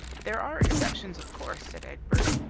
there are exceptions, of course, said egbert,